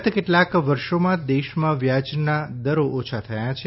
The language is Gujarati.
ગત કેટલાક વર્ષોમાં દેશમાં વ્યાજના દરો ઓછા થયા છે